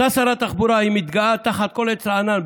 אותה שרת תחבורה מתגאה מתחת לכל עץ רענן,